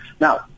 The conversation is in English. Now